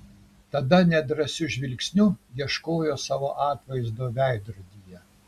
tada nedrąsiu žvilgsniu ieškojo savo atvaizdo veidrodyje